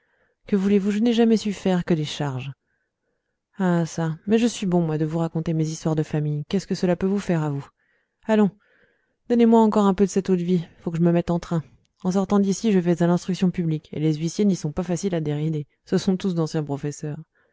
que voulez-vous je n'ai jamais su faire que des charges ah çà mais je suis bon moi de vous raconter mes histoires de famille qu'est-ce que cela peut vous faire à vous allons donnez-moi encore un peu de cette eau-de-vie il faut que je me mette en train en sortant d'ici je vais à l'instruction publique et les huissiers n'y sont pas faciles à dérider c'est tous d'anciens professeurs